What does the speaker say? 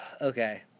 Okay